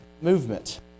movement